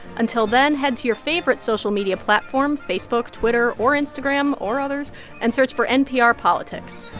until then, head to your favorite social media platform facebook, twitter or instagram or others and search for npr politics.